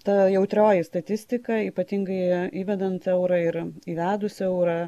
ta jautrioji statistika ypatingai įvedant eurą ir įvedus eurą